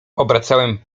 obracałem